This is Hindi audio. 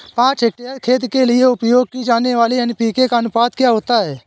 पाँच हेक्टेयर खेत के लिए उपयोग की जाने वाली एन.पी.के का अनुपात क्या होता है?